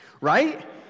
Right